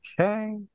Okay